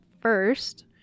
first